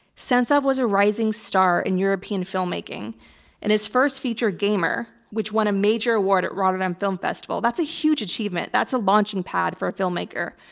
sentsov was a rising star in european filmmaking and his first feature, gamer, which won a major award at rotterdam film festival that's a huge achievement. that's a launching pad for a filmmaker.